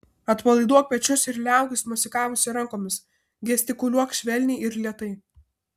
atpalaiduok pečius ir liaukis mosikavusi rankomis gestikuliuok švelniai ir lėtai